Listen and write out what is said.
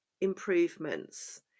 improvements